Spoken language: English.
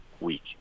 week